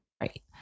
Right